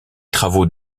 travaux